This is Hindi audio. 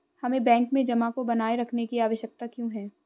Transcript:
हमें बैंक में जमा को बनाए रखने की आवश्यकता क्यों है?